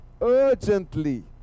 urgently